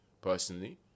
personally